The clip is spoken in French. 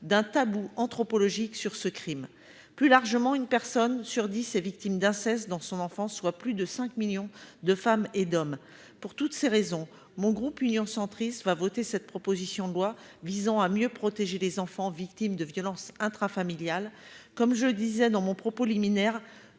du tabou anthropologique dont ce crime fait l'objet. Plus largement, une personne sur dix est victime d'inceste dans son enfance, soit plus de 5 millions de femmes et d'hommes. Pour toutes ces raisons, le groupe Union Centriste votera cette proposition de loi visant à mieux protéger les enfants victimes de violences intrafamiliales. Comme je l'indiquais dans mon propos liminaire,